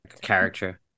Character